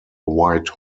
white